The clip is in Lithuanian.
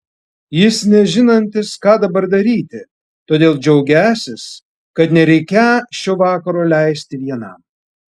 jis nežinantis ką dabar daryti todėl džiaugiąsis kad nereikią šio vakaro leisti vienam